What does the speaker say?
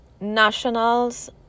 nationals